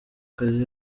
akazi